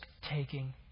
taking